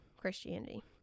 Christianity